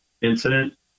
incident